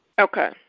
Okay